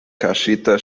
kaŝita